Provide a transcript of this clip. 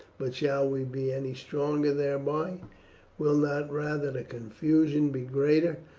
but shall we be any stronger thereby? will not rather the confusion be greater?